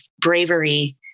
bravery